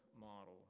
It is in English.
model